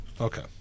Okay